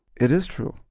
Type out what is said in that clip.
it is true.